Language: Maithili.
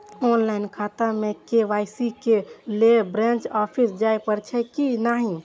ऑनलाईन खाता में के.वाई.सी के लेल ब्रांच ऑफिस जाय परेछै कि नहिं?